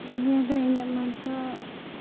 ᱱᱤᱭᱟᱹ ᱫᱚ ᱤᱧᱟᱹᱜ ᱢᱮᱱ ᱛᱮᱫᱚ